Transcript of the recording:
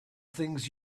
things